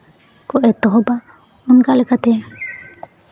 ᱠᱚ ᱮᱛᱚᱦᱚᱵᱟ ᱱᱚᱝᱠᱟ ᱞᱮᱠᱟᱛᱮ